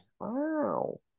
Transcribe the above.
Wow